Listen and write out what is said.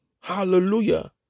Hallelujah